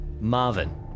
Marvin